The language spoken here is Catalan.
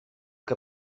que